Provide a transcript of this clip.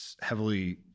heavily